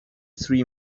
three